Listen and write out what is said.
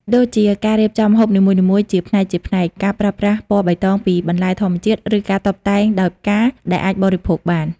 ដូចជាការរៀបចំម្ហូបនីមួយៗជាផ្នែកៗ ការប្រើប្រាស់ពណ៌បៃតងពីបន្លែធម្មជាតិ ឬការតុបតែងដោយផ្កាដែលអាចបរិភោគបាន។